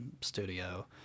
studio